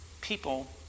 people